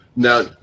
Now